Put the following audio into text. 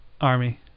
Army